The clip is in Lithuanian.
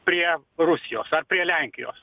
prie rusijos ar prie lenkijos